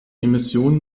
emissionen